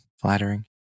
flattering